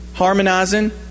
harmonizing